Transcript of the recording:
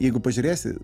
jeigu pažiūrėsi